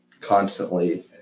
constantly